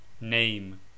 name